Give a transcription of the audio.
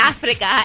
Africa